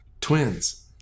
Twins